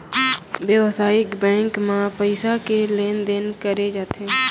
बेवसायिक बेंक म पइसा के लेन देन करे जाथे